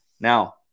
now